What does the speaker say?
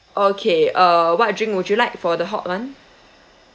okay uh what drink would you like for the hot [one]